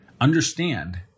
understand